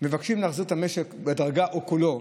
מבקשים להחזיר את המשק, בהדרגה או את כולו,